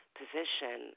position